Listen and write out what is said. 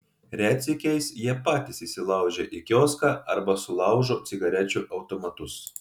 retsykiais jie patys įsilaužia į kioską arba sulaužo cigarečių automatus